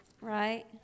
Right